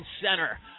Center